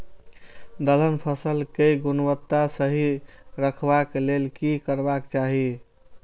दलहन फसल केय गुणवत्ता सही रखवाक लेल की करबाक चाहि?